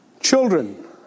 Children